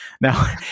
Now